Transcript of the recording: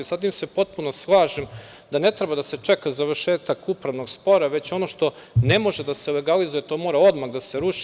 Sa tim se potpuno slažem, da ne treba da se čeka završetak upravnog spora, već ono što ne može da se legalizuje, to mora odmah da se ruši.